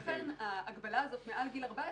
לכן ההגבלה הזאת של מעל גיל 14,